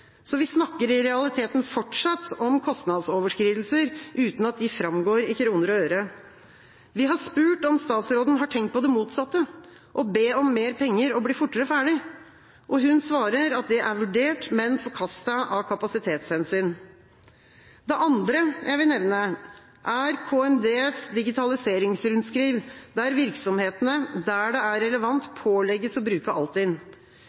så vi snakker i realiteten fortsatt om kostnadsoverskridelser, uten at de framgår i kroner og øre. Vi har spurt om statsråden har tenkt på det motsatte, å be om mer penger og bli fortere ferdig, og hun svarer at det er vurdert, men forkastet av kapasitetshensyn. Det andre jeg vil nevne, er KMDs digitaliseringsrundskriv der virksomhetene der det er relevant, pålegges å bruke